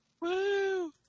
Woo